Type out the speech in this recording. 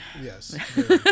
Yes